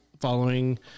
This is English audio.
following